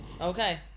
okay